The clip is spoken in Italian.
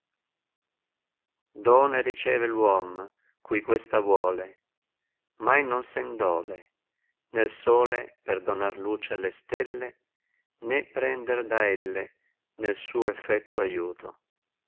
e riceve v uom cui questa tuole mai non sen dole né sole per dotiar luce alle stelle né per prender da elle nel suo effetto aiuto